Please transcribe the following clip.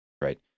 right